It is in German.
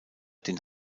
den